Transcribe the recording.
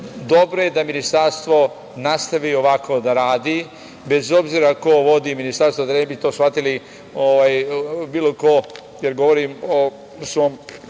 dobro je da Ministarstvo nastavi ovako da radi, bez obzira ko vodi ministarstvo, da ne bi to shvatili bilo ko, kada govorim o svom